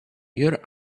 your